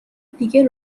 دیگه